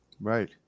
Right